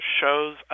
shows